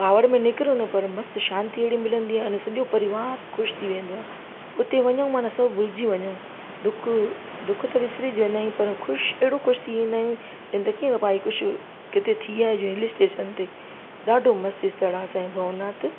car में निकिरूं न पर मस्तु शांती अहिड़ी मिलंदी आहे सॼो परिवार ख़ुशि थी वेंदो आहे उते वञो माना सभु भुलजी वञो दुख दुख त विसरिजंदा इन पर ख़ुशि अहिड़ो ख़ुशि थी वेंदा आहियूं जीअं त कि भई कुझु किथे थी आहिया जो हिल स्टेशन ते ॾाढो मस्तु स्थलु आहे असांजो भवनाथ